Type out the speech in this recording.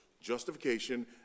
justification